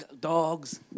dogs